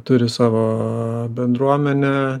turi savo bendruomenę